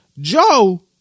Joe